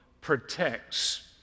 protects